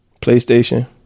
PlayStation